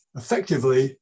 effectively